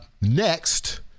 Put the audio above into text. next